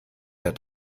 der